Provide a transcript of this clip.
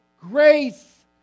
grace